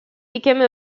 became